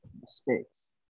mistakes